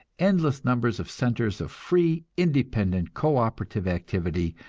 endless numbers of centers of free, independent, co-operative activity,